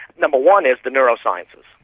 number one is the neurosciences.